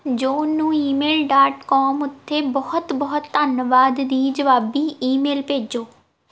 John ਨੂੰ email dot com ਉੱਤੇ ਬਹੁਤ ਬਹੁਤ ਧੰਨਵਾਦ ਦੀ ਜਵਾਬੀ ਈਮੇਲ ਭੇਜੋ